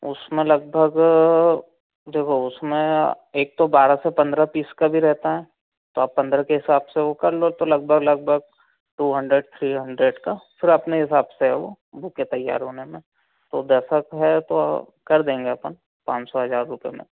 उसमें लगभग देखो उसमें एक तो बाहर से पंद्रह पीस का भी रहता है तो आप पंद्रह से हिसाब से वह कर लो तो लगभग लगभग टू हंड्रेड थ्री हंड्रेड का फिर अपने हिसाब से है वह बुके तैयार होने में तो दसा तो है तो कर देंगे अपन पाँच सौ हज़ार रुपये में